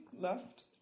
left